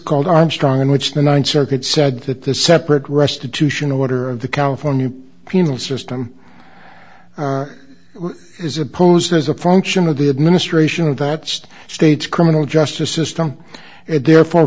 called armstrong in which the th circuit said that the separate restitution order of the california penal system is opposed as a function of the administration of that state state's criminal justice system it therefore